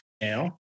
Now